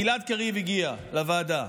גלעד קריב הגיע לוועדה,